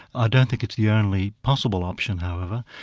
ah don't think it's the only possible option, however.